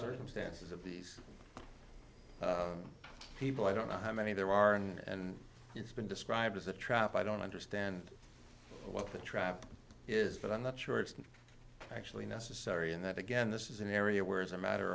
circumstances of these people i don't know how many there are and it's been described as a trap i don't understand what the trap is but i'm not sure it's actually necessary and that again this is an area where as a matter